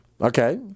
Okay